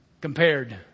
compared